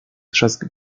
trzask